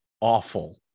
awful